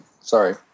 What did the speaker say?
Sorry